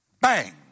Bang